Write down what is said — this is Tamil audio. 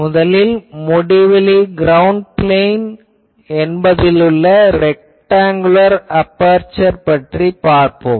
முதலில் முடிவிலி க்ரௌண்ட் பிளேன் என்பதிலுள்ள ரெக்டாங்குலர் அபெர்சர் பற்றிப் பார்போம்